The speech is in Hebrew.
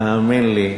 תאמין לי.